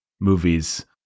movies